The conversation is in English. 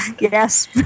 Yes